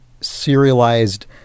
serialized